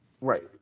Right